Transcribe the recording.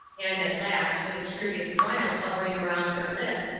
and at last, with a curious smile hovering around her lip,